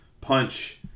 punch